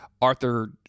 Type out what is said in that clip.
Arthur